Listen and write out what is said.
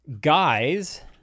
Guys